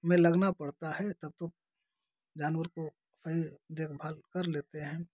में लगना पड़ता है तब तो जानवर को फिर देखभाल कर लेते हैं